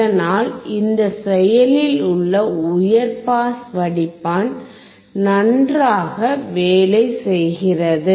இதனால் இந்த செயலில் உள்ள உயர் பாஸ் வடிப்பான் நன்றாக வேலை செய்கிறது